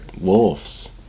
wolves